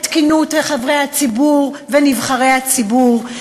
את תקינות מהלכי חברי הציבור ונבחרי הציבור,